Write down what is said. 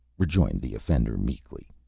rejoined the offender, meekly.